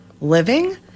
living